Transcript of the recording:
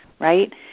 right